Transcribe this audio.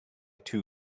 two